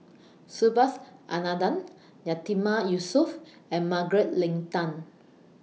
Subhas Anandan Yatiman Yusof and Margaret Leng Tan